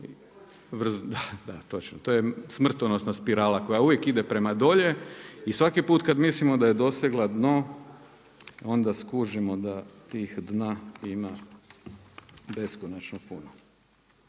… točno, to je smrtonosna spirala koja uvijek ide prema dolje i svaki put kada mislimo da je dosegla dno onda skužimo da tih dna ima beskonačno puno.